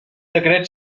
decret